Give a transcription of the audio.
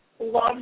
love